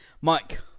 Mike